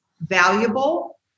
valuable